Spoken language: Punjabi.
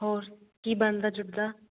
ਹੋਰ ਕੀ ਬਣਦਾ ਜੁੜਦਾ